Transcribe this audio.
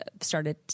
started